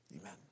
Amen